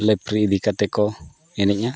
referee ᱤᱫᱤ ᱠᱟᱛᱮᱫ ᱠᱚ ᱮᱱᱮᱡᱼᱟ